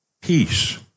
peace